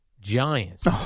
Giants